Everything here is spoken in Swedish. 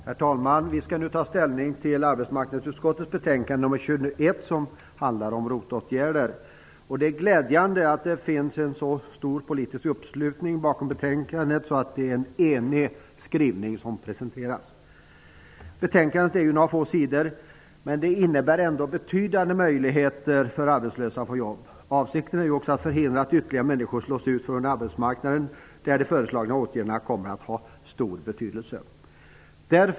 Herr talman! Vi skall nu ta ställning till arbetsmarknadsutskottets betänkande nr 21, som handlar om ROT-åtgärder. Det är glädjande att det finns en så stor politisk uppslutning bakom betänkandet och att utskottet har enats om den skrivning som presenteras. Betänkandet är några få sidor långt, men det innebär ändå betydande möjligheter för arbetslösa att få jobb. Avsikten är också att förhindra att ytterligare människor slås ut från arbetsmarknaden. De föreslagna åtgärderna kommer att ha stor betydelse.